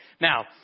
Now